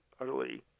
utterly